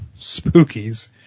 spookies